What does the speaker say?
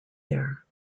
there